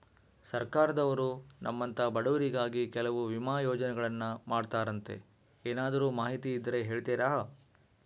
ಸರ್ಕಾರದವರು ನಮ್ಮಂಥ ಬಡವರಿಗಾಗಿ ಕೆಲವು ವಿಮಾ ಯೋಜನೆಗಳನ್ನ ಮಾಡ್ತಾರಂತೆ ಏನಾದರೂ ಮಾಹಿತಿ ಇದ್ದರೆ ಹೇಳ್ತೇರಾ?